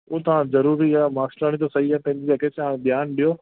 उहा त हाणे ज़रूरी आहे मास्तराणी त सही आहे पंहिंजी जॻह ते तव्हां ध्यानु ॾियो